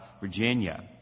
Virginia